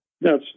Yes